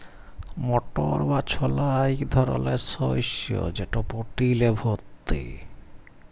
মটর বা ছলা ইক ধরলের শস্য যেট প্রটিলে ভত্তি